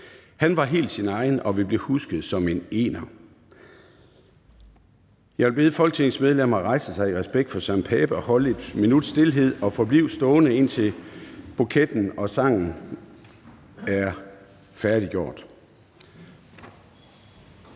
Han var helt sin egen og vil blive husket som en ener. Jeg vil bede Folketingets medlemmer rejse sig i respekt for Søren Pape og holde 1 minuts stilhed og forblive stående, indtil buketten ved Søren Papes plads er